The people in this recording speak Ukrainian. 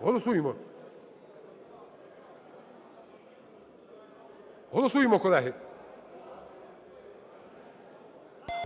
Голосуємо! Голосуємо, колеги.